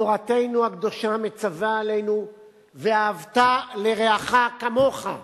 תורתנו הקדושה מצווה עלינו "ואהבת לרעך כמוך".